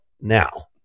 Now